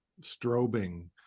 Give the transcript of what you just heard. strobing